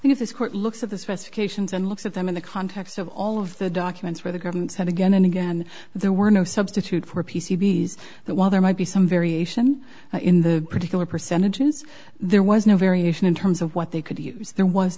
this court looks at the specifications and looks at them in the context of all of the documents where the government said again and again there were no substitute for p c b s that while there might be some variation in the particular percentages there was no variation in terms of what they could use there was